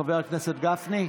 חבר הכנסת גפני?